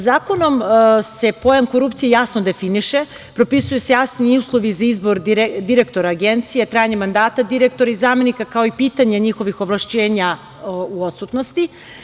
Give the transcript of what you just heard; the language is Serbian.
Zakonom se pojam korupcije jasno definiše, propisuju se jasni uslovi za izbor direktora Agencije, trajanje mandata direktora i zamenika, kao i pitanje njihovih ovlašćenja u odsutnosti.